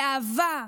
באהבה,